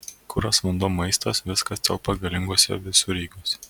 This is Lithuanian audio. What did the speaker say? kuras vanduo maistas viskas telpa galinguose visureigiuose